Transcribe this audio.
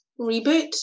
reboot